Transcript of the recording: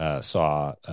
saw